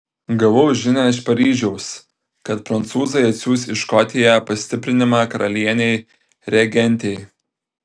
gavau žinią iš paryžiaus kad prancūzai atsiųs į škotiją pastiprinimą karalienei regentei